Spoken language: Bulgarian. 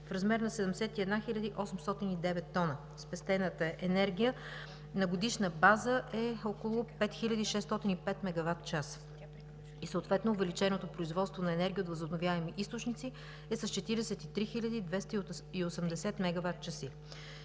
в размер на 71 809 тона. Спестената енергия на годишна база е около 5605 мегават часа и съответно увеличеното производство на енергия от възобновяеми източници е с 43 280 мегават часа.